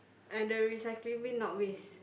and the recycling bin not waste